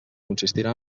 consistirà